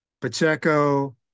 Pacheco